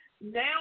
Now